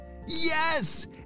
yes